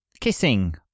kissing